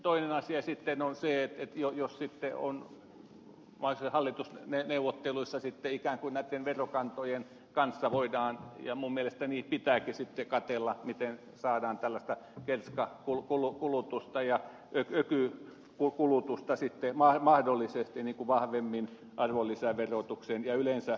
toinen asia sitten on se jos hallitusneuvotteluissa ikään kuin näitten verokantojen kanssa voidaan ja minun mielestäni pitääkin sitten katsella miten saadaan tällaista kerskakulutusta ja ökykulutusta mahdollisesti vahvemmin arvonlisäverotuksen ja yleensä verotuksen piiriin